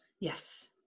Yes